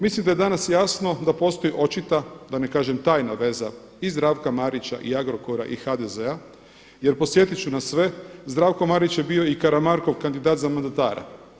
Mislim da je danas jasno da postoji očito, da ne kažem tajna veza i Zdravka Marića i Agrokora i HDZ-a jer podsjetit ću na sve, Zdravko Marić je bio i Karamarkov kandidat za mandatara.